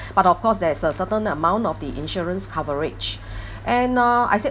but of course there's a certain amount of the insurance coverage and uh I said